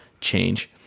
change